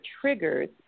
triggers